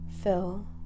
fill